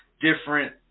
different